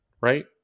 Right